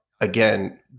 again